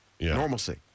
normalcy